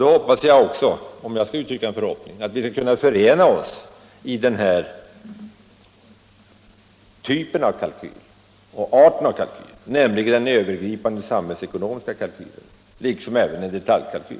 Då hoppas jag - om också jag skall uttrycka en förhoppning — att vi skall kunna förena oss i bedömningen att det är nödvändigt med en övergripande samhällsekonomisk kalkyl och en detaljkalkyl över stålverksprojektet.